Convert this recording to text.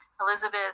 Elizabeth